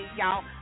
y'all